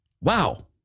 Wow